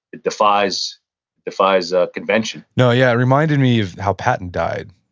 it defies defies ah convention no, yeah, it reminded me of how patton died,